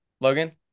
Logan